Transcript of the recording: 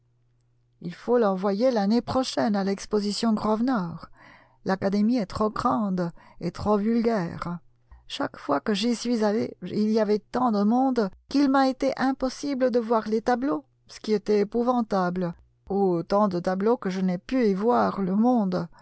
il faut l'envoyer l'année prochaine à l'exposition grosvenor l'académie est trop grande et trop vulgaire chaque fois que j'y suis allé il y avait là tant de monde qu'il m'a été impossible de voir les tableaux ce qui était épouvantable ou tant de tableaux que je n'ai pu y voir le monde